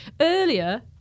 Earlier